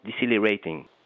decelerating